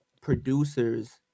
producers